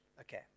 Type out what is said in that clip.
Okay